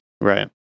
Right